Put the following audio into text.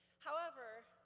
however,